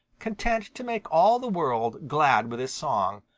content to make all the world glad with his song,